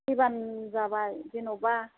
फैबानो जाबाय जेन'बा